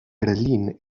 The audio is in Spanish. berlín